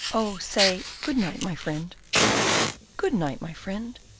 oh, say good night, my friend good night, my friend,